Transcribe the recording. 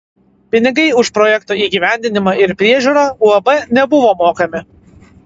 pinigai už projekto įgyvendinimą ir priežiūrą uab nebuvo mokami